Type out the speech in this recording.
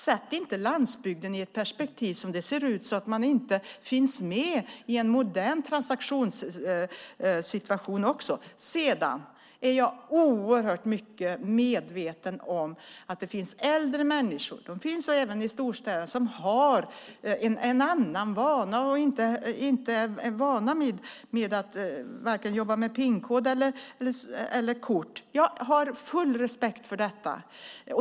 Sätt inte landsbygden i ett perspektiv så att det ser ut som den inte finns med i en modern transaktionssituation! Jag är oerhört medveten om att det finns äldre människor, även i storstäderna, som har andra vanor. De är inte vana vid att jobba med vare sig pinkod eller kort. Jag har full respekt för detta.